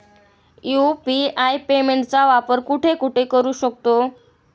UPI पेमेंटचा वापर कुठे कुठे करू शकतो?